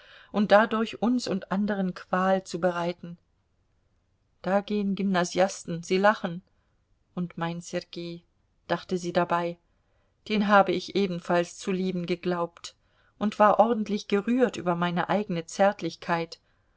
und dadurch uns und anderen qual zu bereiten da gehen gymnasiasten sie lachen und mein sergei dachte sie dabei den habe ich ebenfalls zu lieben geglaubt und war ordentlich gerührt über meine eigene zärtlichkeit